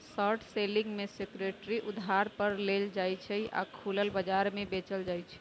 short selling में security उधार पर लेल जाइ छइ आऽ खुलल बजार में बेच देल जाइ छइ